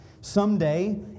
Someday